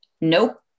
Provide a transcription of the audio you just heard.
Nope